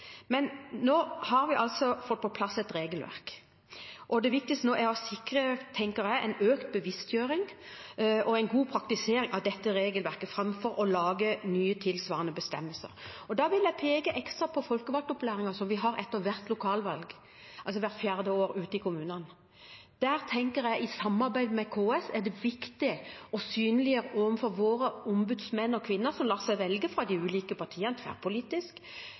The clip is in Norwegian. men nå har vi altså fått på plass et regelverk. Det viktigste nå er å sikre, tenker jeg, en økt bevisstgjøring og en god praktisering av dette regelverket framfor å lage nye, tilsvarende bestemmelser. Da vil jeg peke ekstra på folkevalgtopplæringen som vi har etter hvert lokalvalg, altså hvert fjerde år, ute i kommunene. Jeg tenker at det er viktig, i samarbeid med KS, å synliggjøre overfor våre ombudsmenn og -kvinner som lar seg velge fra de ulike partiene tverrpolitisk,